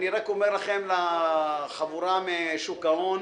אני אומר לכם, לחבורה משוק ההון